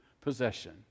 possession